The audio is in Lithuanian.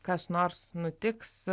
kas nors nutiks